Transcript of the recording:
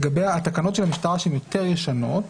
התקנות של המשטרה, שהן יותר ישנות,